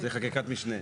זה חקיקת משנה.